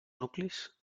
nuclis